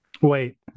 Wait